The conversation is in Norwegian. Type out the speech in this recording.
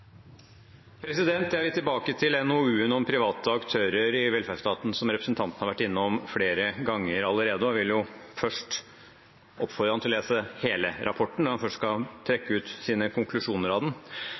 Jeg vil tilbake til NOU-en om private aktører i velferdsstaten, som representanten har vært innom flere ganger allerede, og vil oppfordre ham til å lese hele rapporten når han først skal